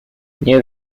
nie